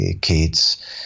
kids